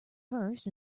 first